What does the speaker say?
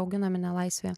auginami nelaisvėje